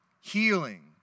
healing